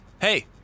Hey